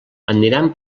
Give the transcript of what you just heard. aniran